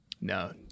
No